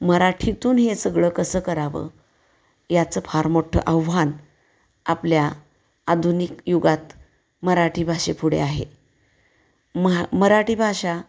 मराठीतून हे सगळं कसं करावं याचं फार मोठं आव्हान आपल्या आधुनिक युगात मराठी भाषेपुढे आहे महा मराठी भाषा